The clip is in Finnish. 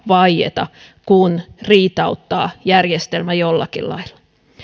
vaieta kuin riitauttaa järjestelmä jollakin lailla